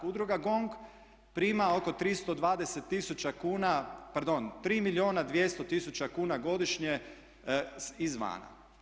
Udruga GONG prima oko 320 tisuća kuna pardon 3 milijuna 200 tisuća kuna godišnje izvana.